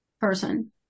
person